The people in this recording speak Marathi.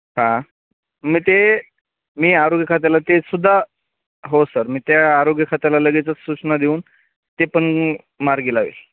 हां मग ते मी आरोग्य खात्याला ते सुद्धा हो सर मी त्या आरोग्य खात्याला लगेचचं सूचना देऊन ते पण मार्गी लावेल